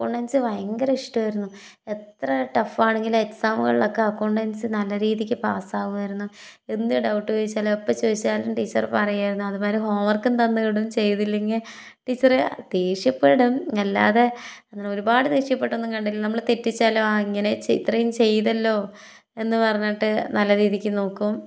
accountancy ഭയങ്കര ഇഷ്ടമായിരുന്നു എത്ര ടഫാണെങ്കിലും എക്സാം ഹോളിലൊക്കെ അക്കൗണ്ടൻസി നല്ല രീതിക്ക് പാസ്സാക്കുമായിരുന്നു എന്ത് ഡൗട്ട് ചോദിച്ചാലും എപ്പം ചോദിച്ചാലും ടീച്ചർ പറയുമായിരുന്നു അതുപോലെ ഹോം വർക്കും തന്ന് വിടും ചെയ്തില്ലെങ്കിൽ ടീച്ചർ ദേഷ്യപ്പെടും അല്ലാതെ അങ്ങനെ ഒരുപാട് ദേഷ്യപ്പെട്ടൊന്നും കണ്ടിട്ടില്ല നമ്മൾ തെറ്റിച്ചാലോ ആ ഇങ്ങനെ ഇത്രയും ചെയ്തല്ലോ എന്ന് പറഞ്ഞിട്ട് നല്ല രീതിക്ക് നോക്കും